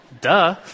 Duh